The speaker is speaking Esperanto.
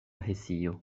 hesio